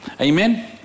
Amen